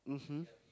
mmhmm